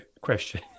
question